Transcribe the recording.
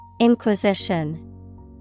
Inquisition